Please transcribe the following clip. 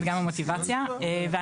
אבל